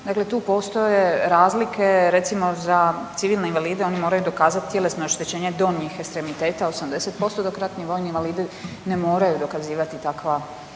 Dakle, tu postoje razlike recimo za civilne invalide oni moraju dokazati tjelesno oštećenje donjih ekstremiteta 80% dok ratni vojni invalidi ne moraju dokazivati takva,